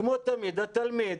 כמו תמיד, התלמיד.